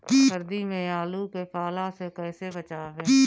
सर्दी में आलू के पाला से कैसे बचावें?